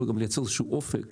אבל גם לייצר איזשהו אופק